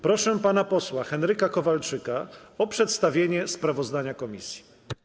Proszę pana posła Henryka Kowalczyka o przedstawienie sprawozdania komisji.